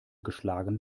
geschlagen